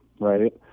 right